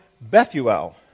Bethuel